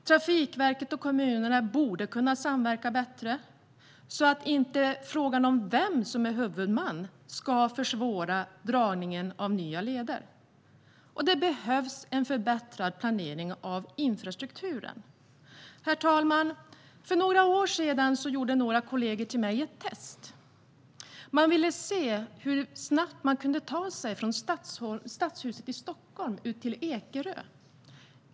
Trafikverket och kommunerna borde kunna samverka bättre så att inte frågan om vem som är huvudman ska försvåra dragningen av nya leder. Det behövs en förbättrad planering av infrastrukturen. Herr talman! För några år sedan gjorde några kollegor till mig ett test. De ville se hur snabbt de kunde ta sig från Stadshuset i Stockholm ut till Ekerö.